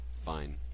Fine